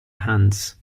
hands